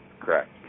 Correct